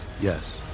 Yes